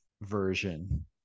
version